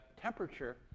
temperature